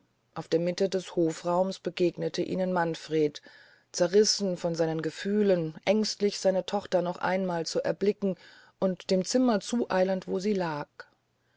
auf der mitte des hofraums begegnete ihnen manfred zerrissen von seinen gefühlen ängstlich seine tochter noch einmal zu erblicken und dem zimmer zueilend wo sie lag